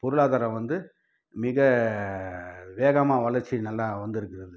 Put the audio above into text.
பொருளாதாரம் வந்து மிக வேகமாக வளர்ச்சி நல்லா வந்துருக்குதுங்க